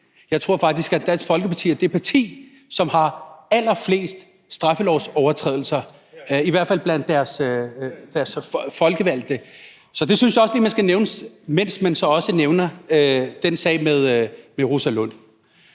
Jeg tror faktisk, at Dansk Folkeparti er det parti, som har allerflest straffelovsovertrædelser, i hvert fald blandt deres folkevalgte. Så det synes jeg også lige man skal nævne, mens man så også nævner den sag med fru Rosa Lund.